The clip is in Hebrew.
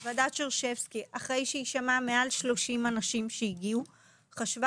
אחרי שוועדת שרשבסקי שמעה מעל 30 אנשים שהגיעו היא חשבה